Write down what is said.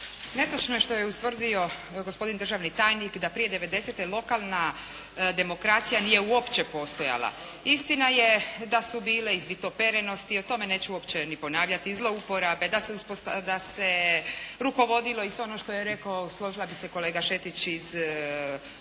Netočno je što je ustvrdio gospodin državni tajnik da prije 90-te lokalna demokracija nije uopće postojala. Istina je da su bile izvitoperenosti, o tome neću uopće ni ponavljati, i zlouporabe. Da se rukovodilo i sve ono što je rekao, složila bi se kolega Šetić iz komiteta